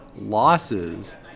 losses